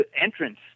entrance